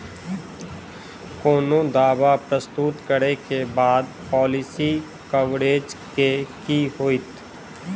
कोनो दावा प्रस्तुत करै केँ बाद पॉलिसी कवरेज केँ की होइत?